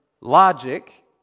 logic